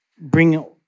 bring